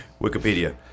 Wikipedia